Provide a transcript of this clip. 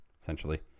essentially